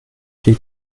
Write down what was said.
die